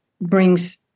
brings